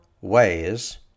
ways